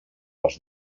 els